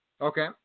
Okay